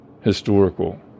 historical